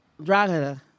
Dragada